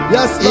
Yes